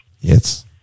Yes